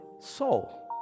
soul